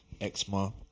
Eczema